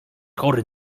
chory